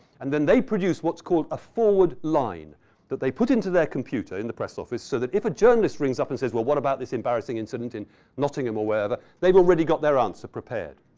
and then they produce what's called a forward line that they put into their computer in the press office, so that if a journalist rings up and says, well, what about this embarrassing incident in nottingham or wherever? they've already got their answer prepared.